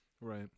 Right